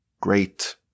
great